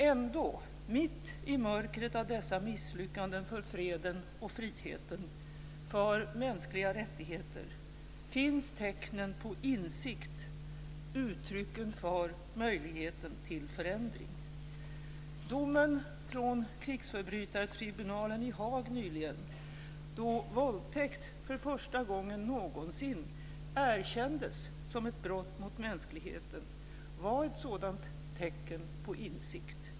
Ändå, mitt i mörkret av dessa misslyckanden för freden och friheten, för mänskliga rättigheter, finns tecknen på insikt, uttrycken för möjlighet till förändring. Domen från krigsförbrytartribunalen i Haag nyligen, då våldtäkt för första gången någonsin erkändes som brott mot mänskligheten, var ett sådant tecken på insikt.